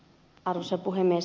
arvoisa puhemies